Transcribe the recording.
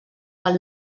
pel